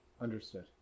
Understood